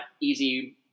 easy